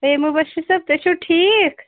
ہے مُبشر صٲب تُہۍ چھُو ٹھیٖک